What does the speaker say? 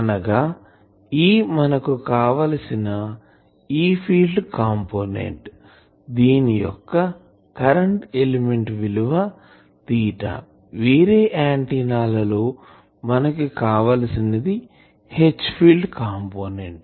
అనగా E మనకు కావలిసిన E ఫీల్డ్ కంపోనెంట్ దీని యొక్క కరెంటు ఎలిమెంట్ విలువ వేరే ఆంటిన్నాలలో మనకు కావలిసినది H ఫీల్డ్ కంపోనెంట్